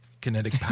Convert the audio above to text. kinetic